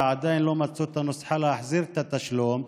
ועדיין לא מצאו את הנוסחה להחזיר את התשלום,